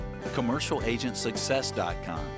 Commercialagentsuccess.com